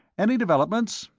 any developments?